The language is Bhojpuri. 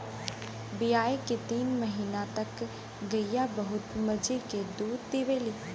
बियाये के तीन महीना तक गइया बहुत मजे के दूध देवलीन